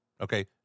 okay